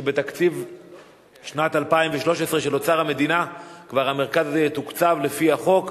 שבתקציב שנת 2013 של אוצר המדינה המרכז הזה כבר יתוקצב לפי החוק.